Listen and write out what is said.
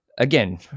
Again